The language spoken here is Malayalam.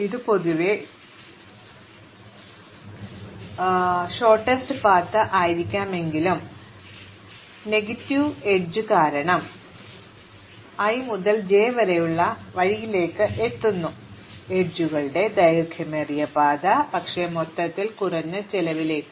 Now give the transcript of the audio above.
പക്ഷേ പൊതുവേ ഇത് ഏറ്റവും ഹ്രസ്വമായ പാതയായിരിക്കില്ല കാരണം അത്തരമൊരു എഡ്ജ് ഉണ്ടെങ്കിൽപ്പോലും ഒരു വഴി ഉണ്ടായിരിക്കാം നെഗറ്റീവ് കാരണം എഡ്ജ് വേ കാരണം നെഗറ്റീവ് എഡ്ജ് വഴികൾ പോലും i മുതൽ j വരെ നമ്മുടെ വഴിയിലേക്ക് എത്തുന്നു അരികുകളുടെ ദൈർഘ്യമേറിയ പാത പക്ഷേ മൊത്തത്തിലുള്ള കുറഞ്ഞ ചെലവിലേക്ക്